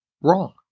wrong